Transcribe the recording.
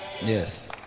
Yes